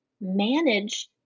manage